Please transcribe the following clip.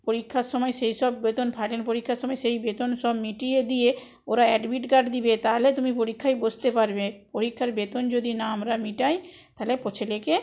পরীক্ষার সময় সেইসব বেতন ফাইনাল পরীক্ষার সময় সেই বেতন সব মিটিয়ে দিয়ে ওরা অ্যাডমিট কার্ড দেবে তাহলে তুমি পরীক্ষায় বসতে পারবে পরীক্ষার বেতন যদি না আমরা মেটাই তাহলে ছেলেকে